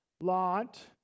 Lot